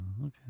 okay